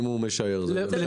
אם הוא משער, זו השערה.